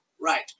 right